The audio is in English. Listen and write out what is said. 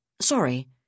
Sorry